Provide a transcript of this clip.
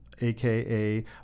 aka